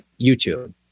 YouTube